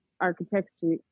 architecture